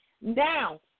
Now